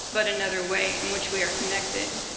but another way in which we are connected,